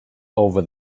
over